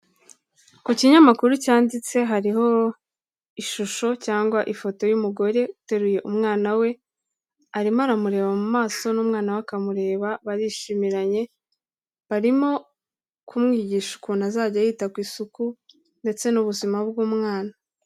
Ku kinyamakuru cyanditse, hariho ishusho cyangwa ifoto y'umugore uteruye umwana we arimo aramureba mu maso n'umwana we akamureba barishimiranye, barimo kumwigisha ukuntu azajya yita ku isuku ndetse n'ubuzima bw'umwana.